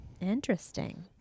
Interesting